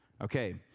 Okay